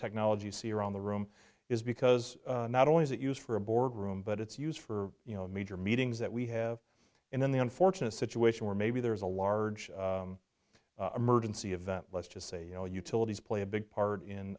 technology see around the room is because not only is it used for a board room but it's used for you know major meetings that we have in the unfortunate situation where maybe there's a large a murdered sea event let's just say you know utilities play a big part in